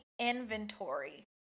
inventory